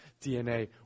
DNA